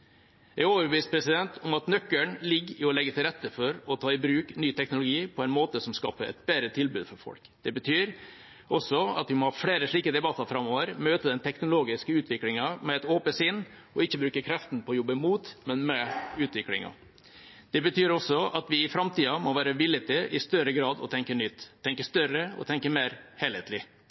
Jeg er overbevist om at nøkkelen ligger i å legge til rette for å ta i bruk ny teknologi på en måte som skaper et bedre tilbud til folk. Det betyr også at vi må ha flere slike debatter framover, møte den teknologiske utviklingen med et åpent sinn og ikke bruke kreftene på å jobbe mot, men med utviklingen. Det betyr også at vi i framtida må være villig til i større grad å tenke nytt, tenke større og tenke mer helhetlig.